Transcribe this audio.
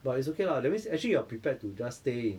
but it's okay lah that means actually you are prepared to just stay in